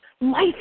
life